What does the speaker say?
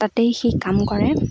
তাতেই সি কাম কৰে